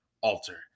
alter